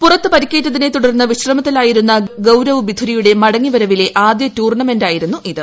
പുറത്ത് പരിക്കേറ്റതിനെ തുടർന്ന് വിശ്രമത്തിലായിരുന്ന ഗൌരവ് ബിധുരിയുടെ മടങ്ങിവരവിലെ ആദ്യ ടൂർണമെന്റായിരുന്നു ഇത്